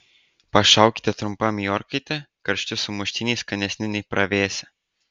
pašaukite trumpam į orkaitę karšti sumuštiniai skanesni nei pravėsę